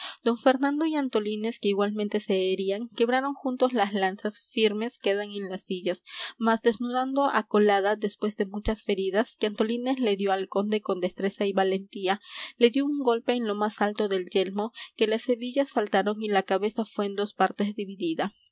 don fernando y antolínez que igualmente se herían quebraron juntos las lanzas firmes quedan en las sillas mas desnudando á colada después de muchas feridas que antolínez le dió al conde con destreza y valentía le dió un golpe en lo más alto del yelmo que las hebillas faltaron y la cabeza fué en dos partes dividida